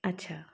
अच्छा